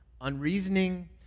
unreasoning